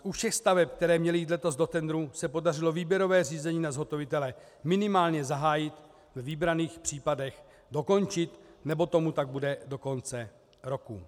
U všech staveb, které měly jít letos do tendru, se podařilo výběrové řízení na zhotovitele minimálně zahájit, ve vybraných případech dokončit, nebo tomu tak bude do konce roku.